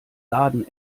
laden